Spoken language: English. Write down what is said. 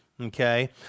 okay